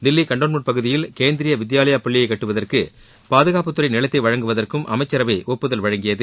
Delhi cantonment பகுதியில் கேந்திரீய வித்யாலயா பள்ளியை கட்டுவதற்கு பாதுகாப்புத்துறை நிலத்தை வழங்குவதற்கும் அமைச்சரவை ஒப்புதல் வழங்கியது